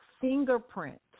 fingerprint